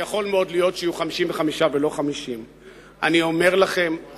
ויכול מאוד להיות שיהיו 55 ולא 50. אני אומר לכם: